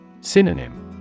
Synonym